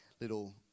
little